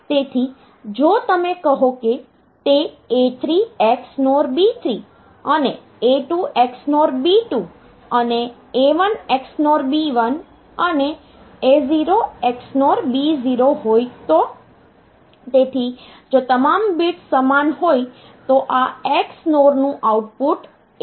તેથી જો તમે કહો કે તે A3 XNOR B3 અને A2 XNOR B2 અને A1 XNOR B1 અને A0 XNOR B0 હોય તો તેથી જો તમામ બિટ્સ સમાન હોય તો આ XNOR નું આઉટપુટ 1 હશે